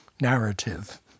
narrative